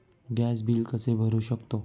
Gas bill कसे भरू शकतो?